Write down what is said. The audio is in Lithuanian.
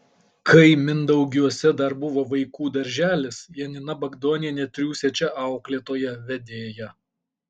kai mindaugiuose dar buvo vaikų darželis janina bagdonienė triūsė čia auklėtoja vedėja